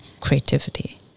creativity